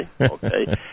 okay